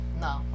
no